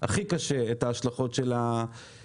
הכי קשה את ההשלכות של הקורונה.